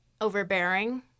overbearing